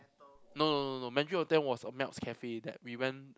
no no no no no Mandarin Hotel was a melts cafe that we went